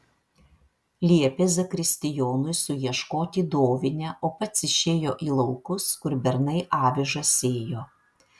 liepė zakristijonui suieškoti dovinę o pats išėjo į laukus kur bernai avižas sėjo